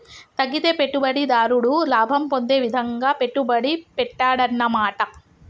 తగ్గితే పెట్టుబడిదారుడు లాభం పొందే విధంగా పెట్టుబడి పెట్టాడన్నమాట